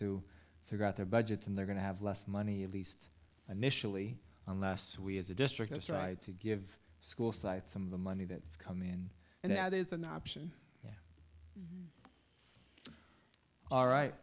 to figure out their budgets and they're going to have less money at least initially unless we as the district has tried to give school site some of the money that's come in and that it's an option all right